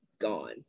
gone